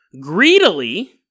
Greedily